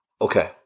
okay